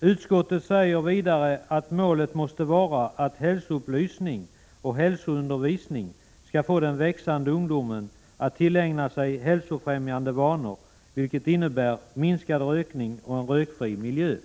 Utskottet säger vidare att målet måste vara att hälsoupplysning och hälsoundervisning skall få den växande ungdomen att tillägna sig hälsofrämjande vanor, vilket innebär minskad rökning och en rökfri miljö.